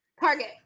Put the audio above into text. Target